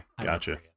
gotcha